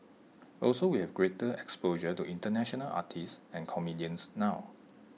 also we have greater exposure to International artists and comedians now